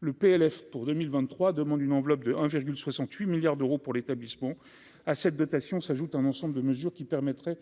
le PLF pour 2023 demandent une enveloppe de 1,68 milliards d'euros pour l'établissement, à cette dotation s'ajoute un ensemble de mesures qui permettraient